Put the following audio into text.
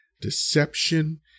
deception